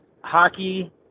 hockey